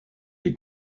des